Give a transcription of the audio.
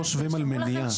לא חושבים על מניעה.